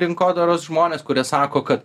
rinkodaros žmonės kurie sako kad